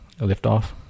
liftoff